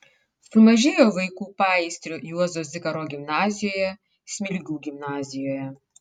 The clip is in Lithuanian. sumažėjo vaikų paįstrio juozo zikaro gimnazijoje smilgių gimnazijoje